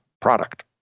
product